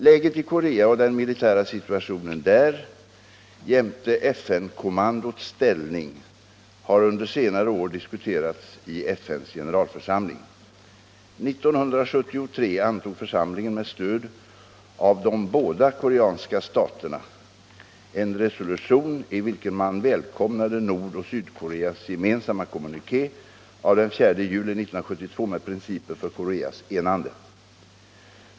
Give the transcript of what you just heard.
Läget i Korea och den militära situationen där jämte FN-kommandots ställning har under senare år diskuterats i FN:s generalförsamling. 1973 antog församlingen med stöd av de båda koreanska staterna ett uttalande i vilket man välkomnade Nordoch Sydkoreas gemensamma kommuniké av den 4 juli 1972 med principer för Koreas enande.